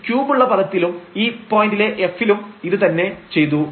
ഈ ക്യൂബ് ഉള്ള പദത്തിലും ഈ പോയന്റിലെ f ലും ഇത് തന്നെ ചെയ്തു